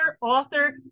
author